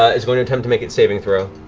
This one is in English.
ah it's going to attempt to make its saving throw.